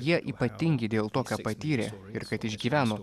jie ypatingi dėl to ką patyrė ir kad išgyveno